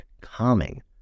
calming